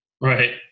Right